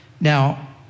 Now